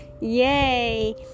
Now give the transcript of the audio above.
Yay